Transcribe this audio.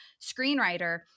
screenwriter